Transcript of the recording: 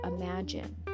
imagine